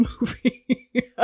movie